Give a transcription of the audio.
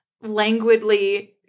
languidly